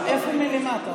איפה מלמעלה?